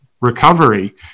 recovery